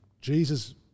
jesus